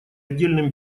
отдельным